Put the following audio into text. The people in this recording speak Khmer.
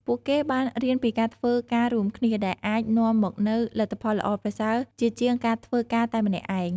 ពួកគេបានរៀនពីការធ្វើការរួមគ្នា ដែលអាចនាំមកនូវលទ្ធផលល្អប្រសើរជាជាងការធ្វើការតែម្នាក់ឯង។